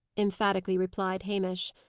emphatically replied hamish.